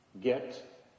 Get